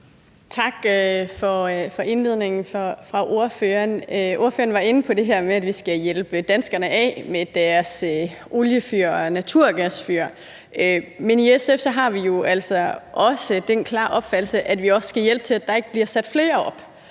Tak for indledningen fra ordføreren. Ordføreren var inde på det her med, at vi skal hjælpe danskerne af med deres oliefyr og naturgasfyr. I SF er vi af den klare opfattelse, at vi også skal hjælpe med til, at der ikke bliver sat flere op,